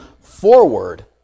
forward